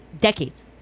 Decades